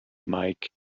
mike